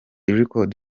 record